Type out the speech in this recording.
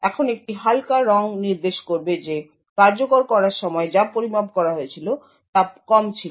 এখন একটি হালকা রঙ নির্দেশ করবে যে কার্যকর করার সময় যা পরিমাপ করা হয়েছিল তা কম ছিল